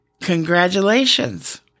congratulations